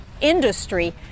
industry